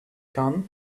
gun